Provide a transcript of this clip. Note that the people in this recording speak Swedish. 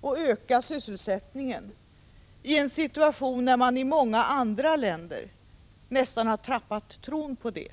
och öka sysselsättningen i en situation när man i många andra länder nästan har tappat tron på det.